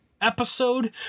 episode